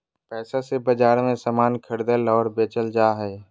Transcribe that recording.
पैसा से बाजार मे समान खरीदल और बेचल जा हय